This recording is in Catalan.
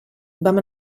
vam